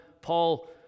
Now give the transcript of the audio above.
Paul